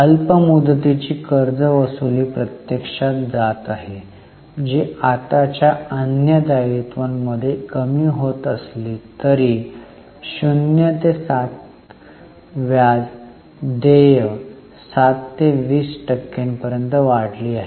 अल्प मुदतीची कर्जवसुली प्रत्यक्षात जात आहे जी आताच्या अन्य दायित्वांमध्ये कमी होत असली तरी 0 ते 7 व्याज देय 7 ते 20 टक्क्यांपर्यंत वाढली आहे